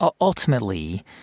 Ultimately